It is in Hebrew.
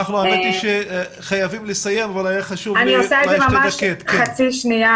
ממש בחצי שניה,